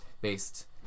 based